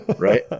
Right